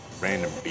random